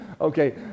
Okay